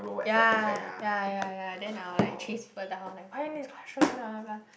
ya ya ya ya then I will like chase people down like why classroom blah blah blah